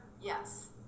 yes